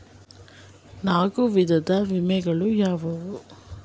ನಾಲ್ಕು ವಿಧದ ವಿಮೆಗಳು ಯಾವುವು?